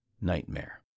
nightmare